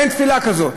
אין תפילה כזאת.